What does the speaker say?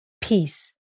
Peace